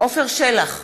עפר שלח,